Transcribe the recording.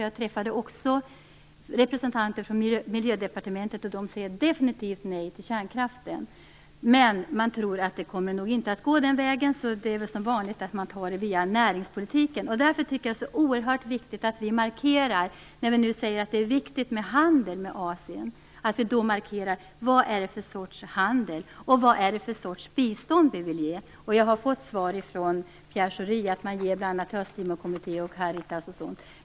Jag träffade nämligen också representanter för Miljödepartementet och de säger definitivt nej till kärnkraften. Man tror dock inte att detta går den vägen. Det är väl som vanligt, dvs. att det går via näringspolitiken. Därför tycker jag att det är oerhört viktigt att vi nu, när vi nu säger att handeln med Asien är viktig, markerar vilken sorts handel det är fråga om och vilken sorts bistånd vi vill ge. Jag har från Pierre Schori fått svaret att det gäller bl.a. Östtimorkommittén och Caritas.